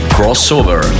Crossover